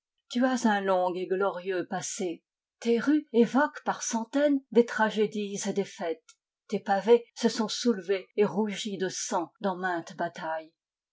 tu as un long et glorieux passé tes rues évoquent par centaines des tragédies et des fêtes tes pavés se sont soulevés et rougis de sang dans mainte bataille